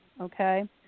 okay